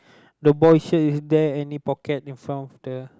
the boy here is there any pocket in front of the